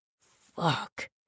Fuck